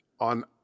on